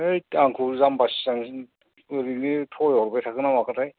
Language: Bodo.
हैत आंखौ जाम्बा सियान ओरैनो थगायहरबाय थाखोना माखोथाय